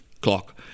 clock